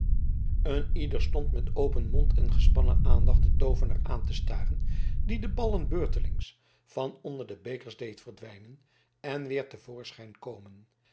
een ieder stond met open mond en gespannen aandacht den toovenaar aan te staren die de ballen beurtelings van onder de bekers deed verdwijnen en weer te voorschijn komen